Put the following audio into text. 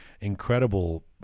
incredible